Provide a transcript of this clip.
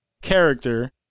character